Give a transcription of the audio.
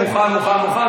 מוכן מוכן מוכן,